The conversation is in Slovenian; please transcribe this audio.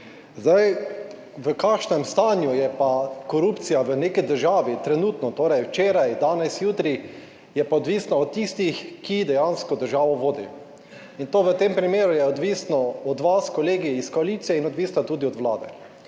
V kakšnem stanju je pa korupcija v neki državi trenutno, torej včeraj, danes, jutri je pa odvisno od tistih, ki dejansko državo vodi. In to v tem primeru je odvisno od vas, kolegi iz koalicije in odvisno tudi od Vlade.